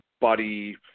body